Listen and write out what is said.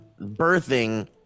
birthing